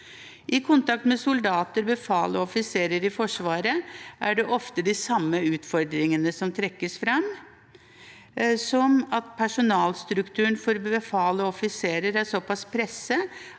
I kontakt med soldater, befal og offiserer i Forsvaret er det ofte de samme utfordringene som trekkes fram, som at personalstrukturen for befal og offiserer er såpass presset